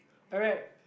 alright